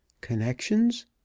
connections